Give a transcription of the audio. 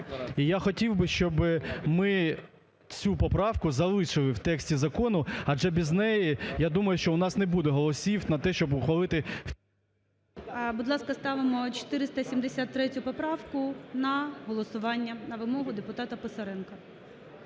І я хотів би, щоб ми цю поправку залишили в тексті закону, адже без неї, я думаю, що у нас не буде голосів на те, щоб ухвалити… ГОЛОВУЮЧИЙ. Будь ласка, ставимо 473 поправку на голосування, на вимогу депутата Писаренка.